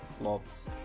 lots